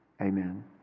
Amen